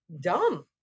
dumb